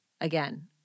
Again